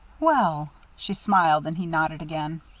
well she smiled and he nodded again.